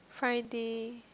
Friday